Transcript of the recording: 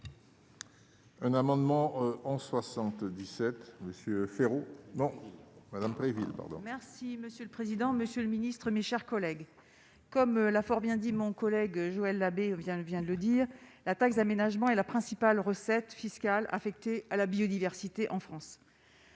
Un amendement en 77 Monsieur Féraud, bon madame Préville pardon. Merci monsieur le président, Monsieur le Ministre, mes chers collègues. Comme l'a fort bien dit mon collègue Joël Labbé vient, elle vient de le dire, la taxe d'aménagement et la principale recette fiscale affectés à la biodiversité en France,